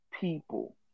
people